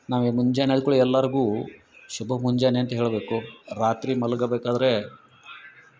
ನಾವೀಗ ಮುಂಜಾನೆ ಆದ ಕೂಡಲೆ ಎಲ್ಲರಿಗು ಶುಭ ಮುಂಜಾನೆ ಅಂತ ಹೇಳಬೇಕು ರಾತ್ರಿ ಮಲಗಬೇಕಾದರೆ